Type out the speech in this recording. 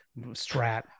strat